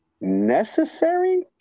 necessary